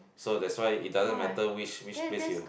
so that's why it doesn't matter which which place you